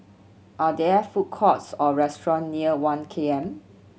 are there food courts or restaurant near One K M